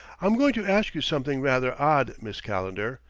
i'm going to ask you something rather odd, miss calendar,